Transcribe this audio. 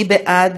מי בעד?